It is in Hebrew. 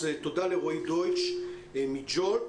תודה לרועי דויטש מ- Jolt.